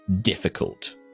difficult